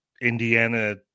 indiana